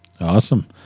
Awesome